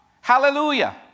Hallelujah